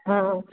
हा